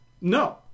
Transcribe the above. No